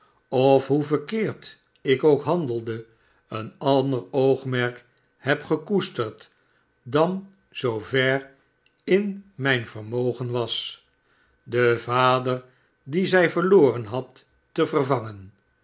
of hoe verkeerd ik ook handelde een ander oogmerk heb gekoesterd dan zoover in mijn vermogenwas den vader dien zij verloren had te vervangen